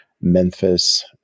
Memphis